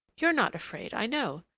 you're not afraid, i know.